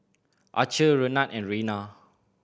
Archer Renard and Rena